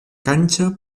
cancha